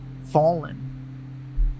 fallen